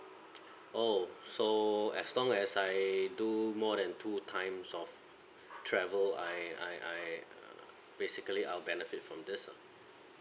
oh so as long as I do more than two times of travel I I I basically I'll benefit from this ah